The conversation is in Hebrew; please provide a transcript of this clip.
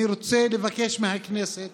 אני רוצה לבקש מהכנסת